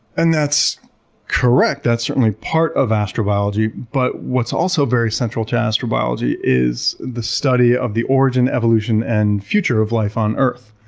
and that's correct. that's certainly part of astrobiology. but what's also a very central task for biology is the study of the origin, evolution, and future of life on earth.